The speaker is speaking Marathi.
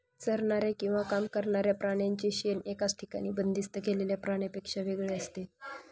चरणाऱ्या किंवा काम करणाऱ्या प्राण्यांचे शेण एकाच ठिकाणी बंदिस्त केलेल्या प्राण्यांपेक्षा वेगळे असते